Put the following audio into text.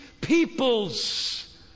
people's